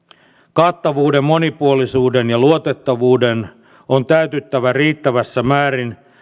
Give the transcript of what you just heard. kattavuuden monipuolisuuden ja luotettavuuden on täytyttävä riittävässä määrin